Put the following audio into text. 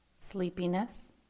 sleepiness